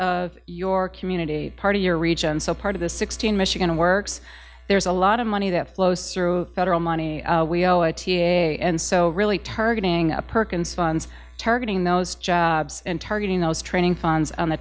of your community part of your region so part of the sixteen michigan works there's a lot of money that flows through federal money we owe a t a a and so really targeting perkins funds targeting those jobs and targeting those training funds on the